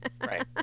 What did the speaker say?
Right